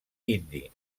indi